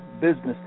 Business